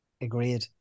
Agreed